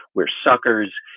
we're suckers.